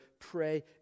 pray